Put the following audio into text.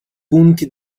punti